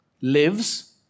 lives